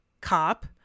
Cop